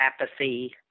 apathy